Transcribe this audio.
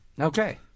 okay